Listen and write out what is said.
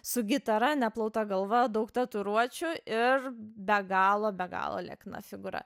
su gitara neplauta galva daug tatuiruočių ir be galo be galo liekna figūra